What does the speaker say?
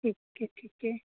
ठीक है ठीक है